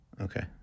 Okay